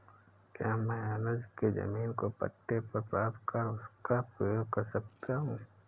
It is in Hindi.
क्या मैं अनुज के जमीन को पट्टे पर प्राप्त कर उसका प्रयोग कर सकती हूं?